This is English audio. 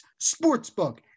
Sportsbook